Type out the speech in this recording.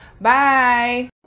Bye